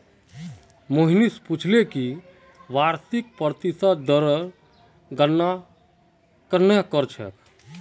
मोहनीश पूछले कि वार्षिक प्रतिशत दर की गणना कंहे करछेक